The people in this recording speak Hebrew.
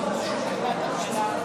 עשר דקות לרשותך.